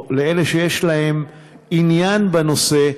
או לאלה שיש להם עניין בנושא,